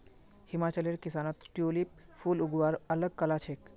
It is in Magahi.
हिमाचलेर किसानत ट्यूलिप फूल उगव्वार अल ग कला छेक